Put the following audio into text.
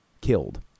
killed